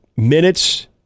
Minutes